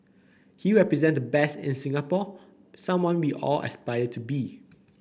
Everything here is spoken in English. he represents the best in Singapore someone we all aspire to be